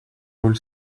роль